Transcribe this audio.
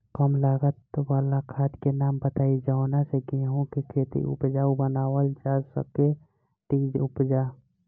कम लागत वाला खाद के नाम बताई जवना से गेहूं के खेती उपजाऊ बनावल जा सके ती उपजा?